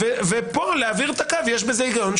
פה להעביר את הקו יש בזה היגיון.